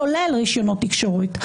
הוא שולל רישיונות תקשורת.